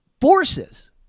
forces